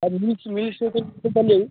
ଆଉ meals meals ଦୋକାନ ଚାଲିବ କି